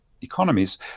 economies